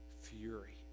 fury